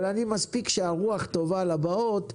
אבל מספיק שהרוח טובה לבאות,